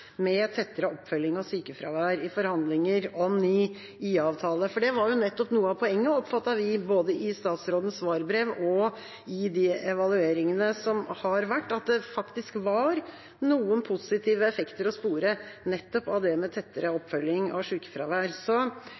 med tettere oppfølging av sykefravær i forhandlinger om ny IA-avtale.» Noe av poenget var jo nettopp, slik vi oppfattet det ut fra både statsrådens svarbrev og de evalueringene som har vært, at det faktisk var noen positive effekter å spore av tettere oppfølging av sykefravær. Siden vi ikke greide å få med